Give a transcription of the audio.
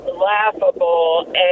laughable